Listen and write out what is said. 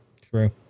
True